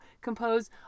compose